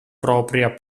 propria